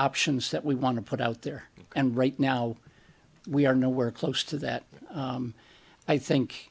options that we want to put out there and right now we are nowhere close to that i think